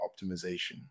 optimization